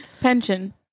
Pension